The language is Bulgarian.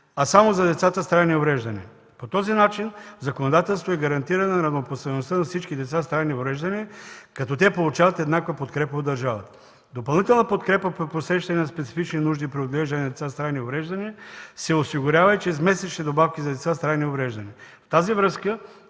а само за децата с трайни увреждания. По този начин законодателството гарантира равнопоставеността на всички деца с трайни увреждания, като те получават еднаква подкрепа от държавата. Допълнителна подкрепа при посрещане на специфични нужди при отглеждане на деца с трайни увреждания се осигурява и чрез месечни добавки за деца с трайни увреждания. В тази връзка